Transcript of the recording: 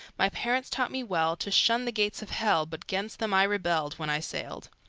my parents taught me well to shun the gates of hell, but gainst them i rebelled, when i sailed.